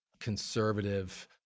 conservative